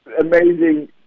amazing